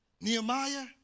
Nehemiah